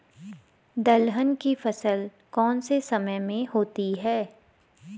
दलहन की फसल कौन से समय में होती है?